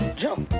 jump